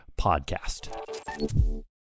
podcast